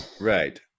right